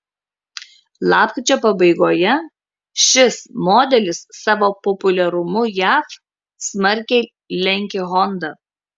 lapkričio pabaigoje šis modelis savo populiarumu jav smarkiai lenkė honda